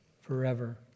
Forever